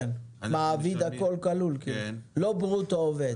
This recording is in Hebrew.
מעביד הכול כלול, לא ברוטו עובד?